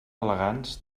elegants